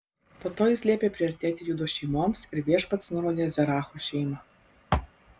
po to jis liepė priartėti judo šeimoms ir viešpats nurodė zeracho šeimą